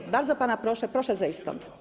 Nie, bardzo pana proszę, proszę zejść stąd.